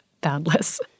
boundless